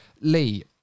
Lee